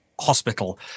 hospital